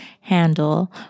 handle